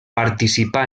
participà